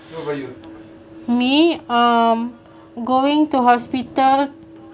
me um going to hospital